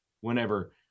whenever